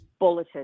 bulleted